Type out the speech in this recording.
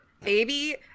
baby